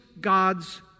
God's